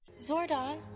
Zordon